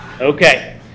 Okay